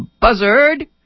buzzard